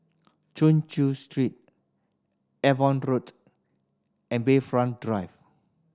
Chin Chew Street Avon Road and Bayfront Drive